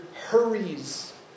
hurries